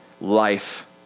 life